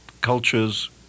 cultures